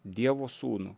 dievo sūnų